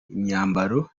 imyambaro